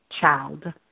child